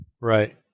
right